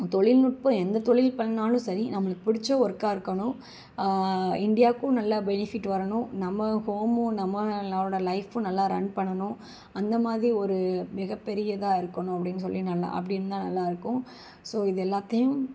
தொழில்நுட்பம் எந்த தொழில் பண்ணுனாலும் சரி நம்மளுக்கு பிடிச்ச ஒர்க்காக இருக்கணும் இந்தியாவுக்கும் நல்லா பெனிஃபிட் வரணும் நம்ம ஹோமும் நம்மளோட லைஃபும் நல்லா ரன் பண்ணணும் அந்தமாதிரி ஒரு மிகப்பெரியதாக இருக்கணும் அப்படின்னு சொல்லி நல்லா அப்படின் இருந்தால் நல்லா இருக்கும் ஸோ இதெல்லாத்தையும்